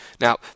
Now